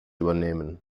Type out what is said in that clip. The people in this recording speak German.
übernehmen